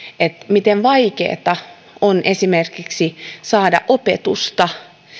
miten vaikeata on esimerkiksi saada opetusta